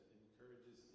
encourages